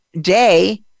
day